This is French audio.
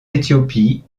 éthiopie